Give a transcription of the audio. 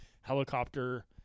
helicopter